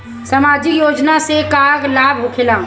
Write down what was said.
समाजिक योजना से का लाभ होखेला?